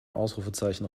ausrufezeichen